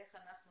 איך אנחנו